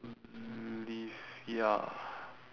live ya